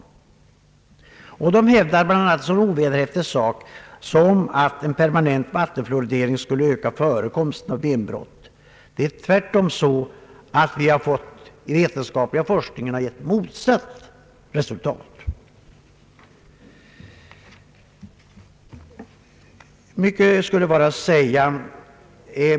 Det hävdar t.ex. en så ovederhäftig sak, som att en permanent vattenfluoridering skulle öka förekomsten av benbrott. Den vetenskapliga forskningen har gett motsatt resultat.